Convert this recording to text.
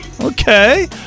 Okay